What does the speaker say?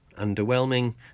underwhelming